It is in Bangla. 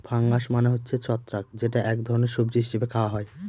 ফাঙ্গাস মানে হচ্ছে ছত্রাক যেটা এক ধরনের সবজি হিসেবে খাওয়া হয়